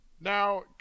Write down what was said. Now